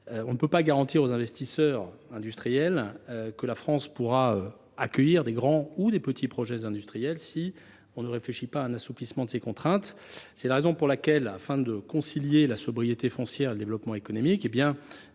On ne peut pas garantir aux investisseurs industriels que la France pourra accueillir de grands ou de petits projets industriels si l’on ne réfléchit pas à un assouplissement de ces contraintes. C’est la raison pour laquelle, afin de concilier la sobriété foncière et le développement économique,